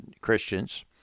Christians